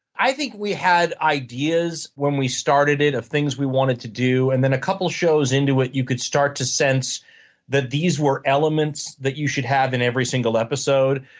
i think we had ideas when we started it of things we wanted to do. and then a couple shows into it, you could start to sense that these were elements that you should have in every single episode.